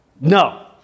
No